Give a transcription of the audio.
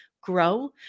grow